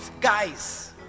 guys